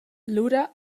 lura